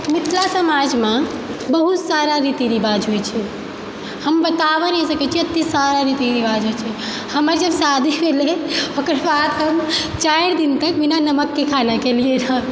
मिथिला समाजमे बहुत सारा रीति रिवाज होइ छै हम बताओ नहि सकै छी एतेक सारा रीति रिवाज होइ छै हमर जब शादी भेलै ओकर बाद तऽ हम चारि दिन तक बिना नमककेँ खेनाइ खेलिए रऽ